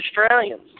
Australians